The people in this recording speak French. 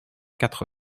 quatre